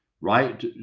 right